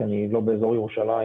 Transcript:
כי אני לא באזור ירושלים,